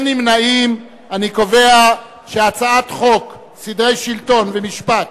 חוק סדרי השלטון והמשפט